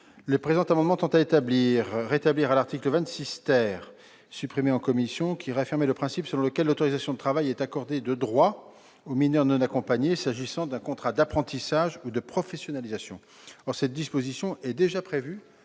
Ils tendent à rétablir l'article 26 , supprimé en commission, qui réaffirmait le principe selon lequel l'autorisation de travail est accordée de droit aux mineurs non accompagnés s'agissant d'un contrat d'apprentissage ou de professionnalisation. Or cette disposition est déjà prévue